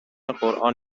قران